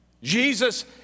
Jesus